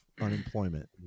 unemployment